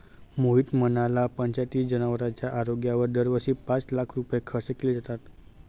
मोहित म्हणाला, पंचायतीत जनावरांच्या आरोग्यावर दरवर्षी पाच लाख रुपये खर्च केले जातात